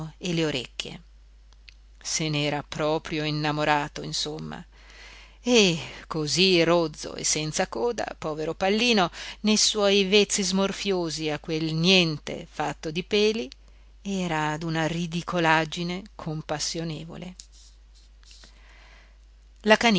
e le orecchie se n'era proprio innamorato insomma e così rozzo e senza coda povero pallino ne suoi vezzi smorfiosi a qual niente fatto di peli era d'una ridicolaggine compassionevole la